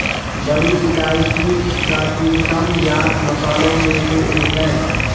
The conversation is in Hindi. बड़ी इलायची प्राचीनतम ज्ञात मसालों में से एक है